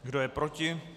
Kdo je proti?